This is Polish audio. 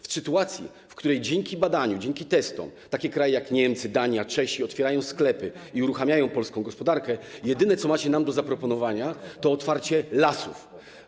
W sytuacji, w której dzięki badaniu, dzięki testom takie kraje jak Niemcy, Dania, Czechy otwierają sklepy i uruchamiają swoją gospodarkę, jedyne, co macie nam do zaproponowania, to otwarcie lasów.